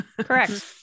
Correct